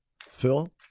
Phil